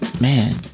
man